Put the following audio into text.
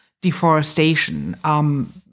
deforestation